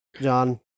John